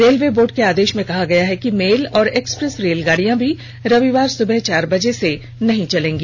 railway board के आदेश में कहा गया है कि मेल और एक्सप्रेस रेलगाड़ियां भी रविवार सुबह चार बजे से नहीं चलेंगी